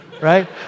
right